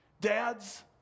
Dads